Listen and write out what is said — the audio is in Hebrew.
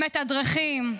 מתדרכים.